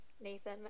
Nathan